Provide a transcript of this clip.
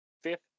Fifth